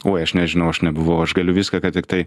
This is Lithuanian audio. oi aš nežinau aš nebuvau aš galiu viską ką tiktai